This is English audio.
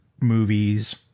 movies